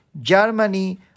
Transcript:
Germany